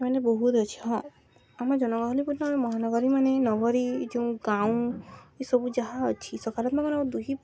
ମାନେ ବହୁତ ଅଛି ହଁ ଆମ ଜନଗହଳି ପୂର୍ଣ୍ଣ ଆ ମହାନଗରୀ ମାନେ ନଗରୀ ଯଉଁ ଗାଉଁ ଏସବୁ ଯାହା ଅଛି ସକାରାତ୍ମକ ଆମ ଦୁହି